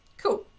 cool.